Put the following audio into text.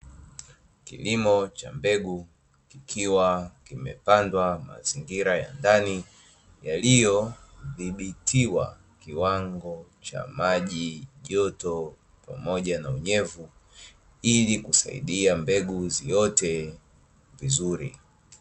Kilimo cha mbegu kikiwa kimepandwa mazingira ya ndani, yaliyodhibitiwa kiwango cha maji, joto pamoja na unyevu, ili kusaidia mbegu ziote vizuri.